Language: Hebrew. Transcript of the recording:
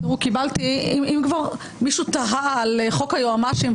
אם כבר מישהו תהה על חוק היועמ"שים,